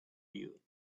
you